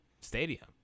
stadium